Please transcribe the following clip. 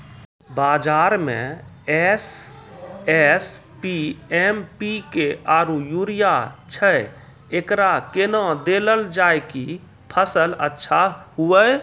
बाजार मे SSP, MPK आरु यूरिया छैय, एकरा कैना देलल जाय कि फसल अच्छा हुये?